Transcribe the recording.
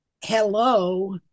Hello